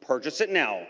purchase it now.